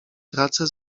tracę